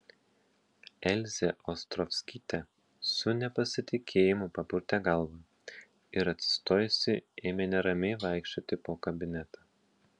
elzė ostrovskytė su nepasitikėjimu papurtė galvą ir atsistojusi ėmė neramiai vaikščioti po kabinetą